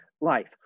life